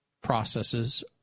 processes